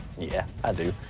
yeah, i do.